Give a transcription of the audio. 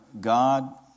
God